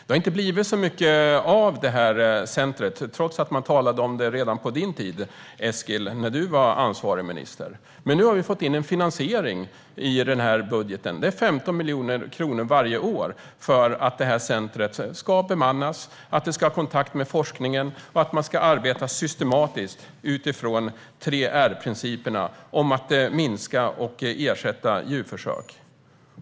Det har inte blivit så mycket av detta center, trots att man talade om det redan på den tid då du, Eskil, var ansvarig minister. Men nu har vi fått in finansiering i denna budget. Det rör sig om 15 miljoner kronor varje år för att detta center ska bemannas, ha kontakt med forskningen och arbeta systematiskt utifrån 3R-principerna om att minska och ersätta djurförsök.